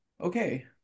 okay